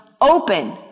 open